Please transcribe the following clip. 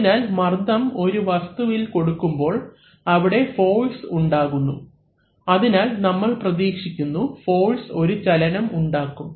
അതിനാൽ മർദ്ദം ഒരു വസ്തുവിൽ കൊടുക്കുമ്പോൾ അവിടെ ഫോഴ്സ് ഉണ്ടാകുന്നു അതിനാൽ നമ്മൾ പ്രതീക്ഷിക്കുന്നു ഫോഴ്സ് ഒരു ചലനം ഉണ്ടാകും